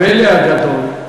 הפלא הגדול,